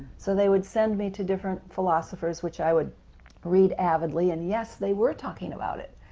so they would send me to different philosophers, which i would read avidly and yes, they were talking about it,